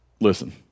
listen